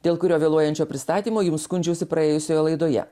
dėl kurio vėluojančio pristatymo jums skundžiausi praėjusioje laidoje